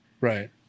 Right